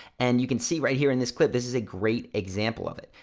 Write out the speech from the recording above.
and you can see right here in this clip, this is a great example of it.